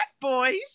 boys